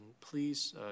please